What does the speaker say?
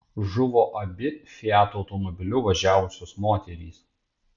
žuvo abi fiat automobiliu važiavusios moterys